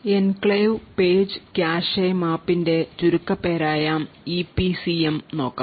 enclave page cache മാപ്പിന്റെ ചുരുക്കപ്പേരായ EPCM നോക്കാം